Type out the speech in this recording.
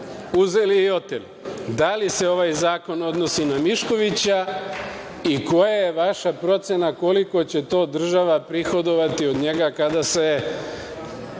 uzeli i oteli? Da li se ovaj zakon odnosi na Miškovića i koja je vaša procena koliko će to država prihodovati od njega kada se